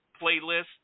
playlist